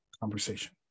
conversation